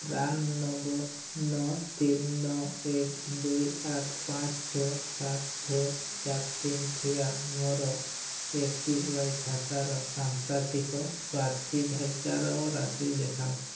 PRAN number ନଅ ତିନ ନଅ ଏକ ଦୁଇ ଆଠ ପାଞ୍ଚ ଛଅ ସାତ ଛଅ ଚାର ତିନ ଥିବା ମୋର ଏ ପି ୱାଇ ଖାତାର ସାମ୍ପ୍ରତିକ ସ୍ୱାତୀଧୀକାର ରାଶି ଦେଖାଅ